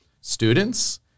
students